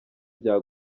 bya